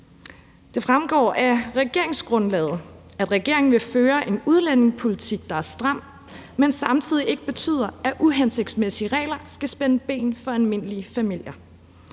Det fremgår af regeringsgrundlaget, at regeringen vil føre en udlændingepolitik, der er stram, men samtidig ikke betyder, at uhensigtsmæssige regler skal spænde ben for almindelige familier.